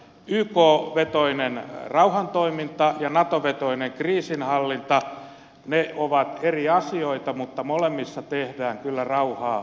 yk vetoinen rauhantoiminta ja nato vetoinen kriisinhallinta ovat eri asioita mutta molemmissa tehdään kyllä rauhaa edistävää työtä